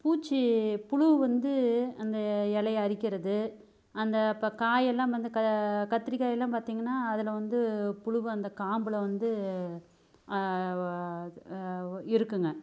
பூச்சி புழு வந்து அந்த இலைய அரிக்கிறது அந்த இப்போ காயெல்லாம் வந்து க கத்திரிக்காயெல்லாம் பார்த்திங்கன்னா அதில் வந்து புழு அந்த காம்பில் வந்து இருக்குங்க